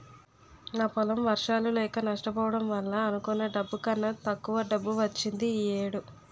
నా పొలం వర్షాలు లేక నష్టపోవడం వల్ల అనుకున్న డబ్బు కన్నా తక్కువ డబ్బు వచ్చింది ఈ ఏడు